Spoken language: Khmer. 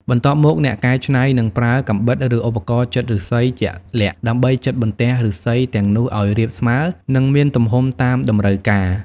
បន្ទាប់មក អ្នកកែច្នៃនឹងប្រើកាំបិត ឬឧបករណ៍ចិតឫស្សីជាក់លាក់ដើម្បីចិតបន្ទះឫស្សីទាំងនោះឲ្យរាបស្មើ និងមានទំហំតាមតម្រូវការ។